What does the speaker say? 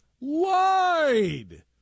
lied